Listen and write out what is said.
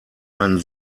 einen